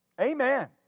Amen